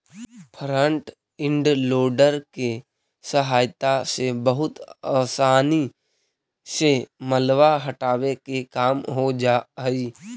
front end loader के सहायता से बहुत असानी से मलबा हटावे के काम हो जा हई